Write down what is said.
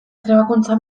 trebakuntza